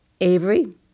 Avery